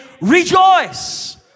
rejoice